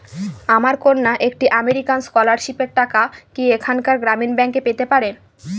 আমার কন্যা একটি আমেরিকান স্কলারশিপের টাকা কি এখানকার গ্রামীণ ব্যাংকে পেতে পারে?